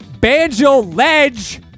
Banjo-Ledge